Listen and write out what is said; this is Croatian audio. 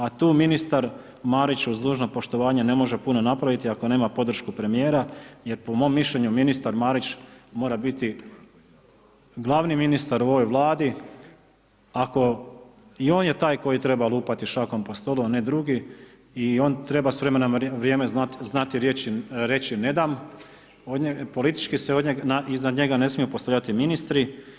A tu ministar Marić, uz dužno poštovanje, ne može puno napraviti ako nema podršku premijera jer po mom mišljenju ministar Marić mora biti glavni ministar u ovoj Vladi ako, i on je taj koji treba lupati šakom po stolu a ne drugi i on treba s vremenom na vrijeme znati reći „ne dam“, politički se iznad njega ne smiju postavljati ministri.